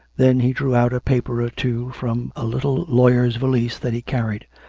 then he drew out a paper or two from a little lawyer's valise that he carried,